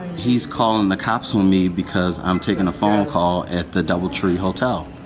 he's calling the cops on me because i'm taking a phone call at the doubletree hotel.